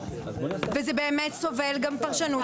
וזה באמת סובל גם פרשנות,